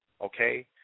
okay